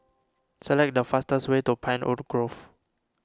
select the fastest way to Pinewood Grove